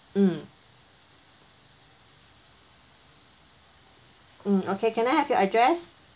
mm mm okay can I have your address